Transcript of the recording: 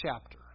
chapter